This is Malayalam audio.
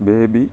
ബേബി